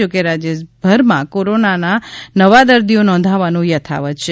જોકે રાજ્યભરમાં કોરોના નવા દર્દીઓ નોંધાવાનું યથાવત છે